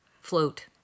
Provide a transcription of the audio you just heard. float